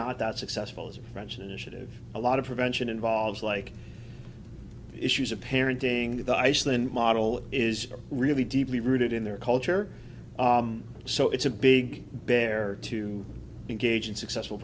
not that successful as a french initiative a lot of prevention involves like issues of parenting the iceland model is really deeply rooted in their culture so it's a big bear to engage in successful